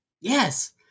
Yes